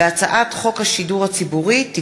מאת חברי הכנסת אורי מקלב, משה גפני ויפעת שאשא